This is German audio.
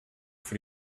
für